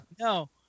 No